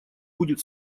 будет